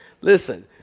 Listen